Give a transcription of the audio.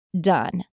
done